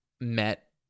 met